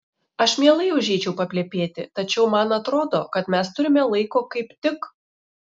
aš mielai užeičiau paplepėti tačiau man atrodo kad mes turime laiko kaip tik